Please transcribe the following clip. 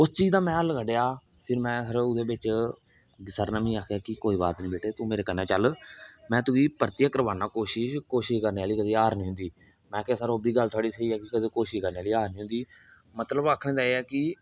उस चीज दा में हल कड्ढेआ फिर में ओहदे बिच सर ने मिगी बी आखेआ कोई बात नेई बेटे तू मेरे कन्नै चल में तुगी परतियै करवाना कोशिश कोशिश करने आहले दी कदें हार नेई होंदी में आखेआ सर ओह्बी गल्ल साढ़ी स्हेई आक्खी कदें कोशिश करने हा कदें हार निं होंदी मतलब आक्खने दा एह् है कि